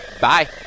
Bye